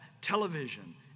Television